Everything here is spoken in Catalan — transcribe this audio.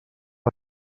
per